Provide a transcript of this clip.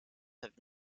have